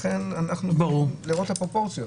לכן צריך לראות את הפרופורציות.